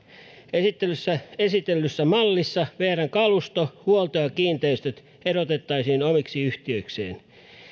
esitellyssä mallissa vrn kalusto huolto ja kiinteistöt erotettaisiin omiksi yhtiöikseen